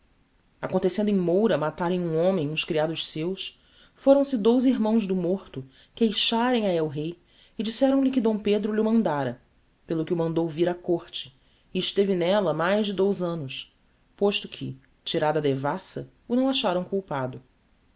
acontecendo em moura matarem um homem uns criados seus foram-se dous irmãos do morto queixarem a el-rei e disseram-lhe que d pedro lh'o mandára pelo que o mandou vir á côrte e esteve n'ella mais de dous annos posto que tirada a devassa o não acharam culpado